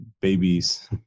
babies